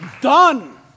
done